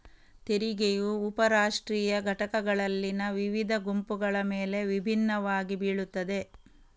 ತೆರಿಗೆಯು ಉಪ ರಾಷ್ಟ್ರೀಯ ಘಟಕಗಳಲ್ಲಿನ ವಿವಿಧ ಗುಂಪುಗಳ ಮೇಲೆ ವಿಭಿನ್ನವಾಗಿ ಬೀಳುತ್ತದೆ